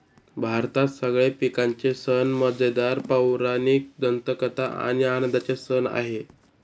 भारतात सगळे पिकांचे सण मजेदार, पौराणिक दंतकथा आणि आनंदाचे सण आहे